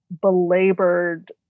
belabored